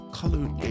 colored